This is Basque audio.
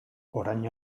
orain